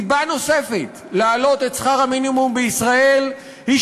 סיבה נוספת להעלות את שכר המינימום בישראל היא